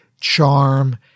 charm